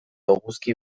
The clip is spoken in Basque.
eguzki